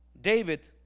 David